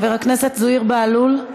חבר הכנסת זוהיר בהלול,